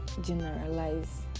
generalize